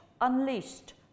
unleashed